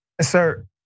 Sir